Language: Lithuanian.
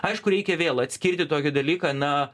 aišku reikia vėl atskirti tokį dalyką na